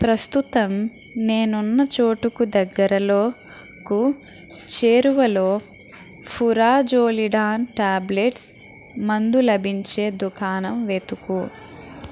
ప్రస్తుతం నేనున్న చోటుకు దగ్గరలో కు చేరువలో ఫురాజోలిడాన్ ట్యాబ్లెట్స్ మందు లభించే దుకాణం వెతుకు